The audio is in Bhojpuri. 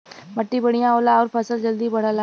मट्टी बढ़िया होला आउर फसल जल्दी बढ़ला